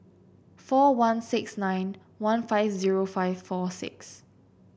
four one six nine one five zero five four six